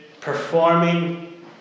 performing